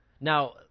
Now